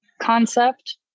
concept